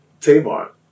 Tamar